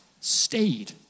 stayed